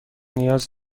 نیاز